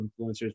influencers